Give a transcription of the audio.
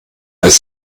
als